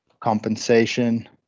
compensation